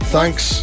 Thanks